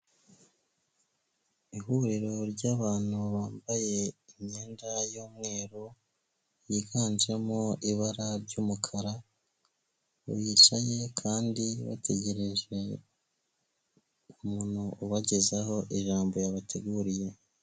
Ihuriro ry'abantu bambaye imyenda y'umweru, yiganjemo ibara ry'umukara, bicaye kandi bategereje umuntu ubagezaho ijambo yabateguriye.